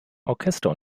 orchester